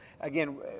again